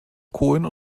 kohlen